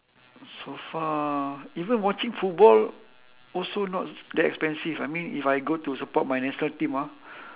so far even watching football also not that expensive I mean if I go to support my national team ah